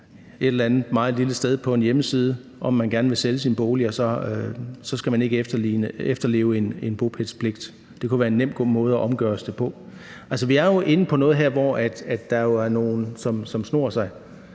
et eller andet meget lille sted på en hjemmeside om, at man gerne vil sælge sin bolig, og så skal man ikke efterleve en bopælspligt. Det kunne være en nem måde at omgå det på. Altså, vi er inde på noget her, hvor der jo er nogle, som snor sig.